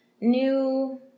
new